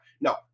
no